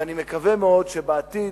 ואני מקווה מאוד שבעתיד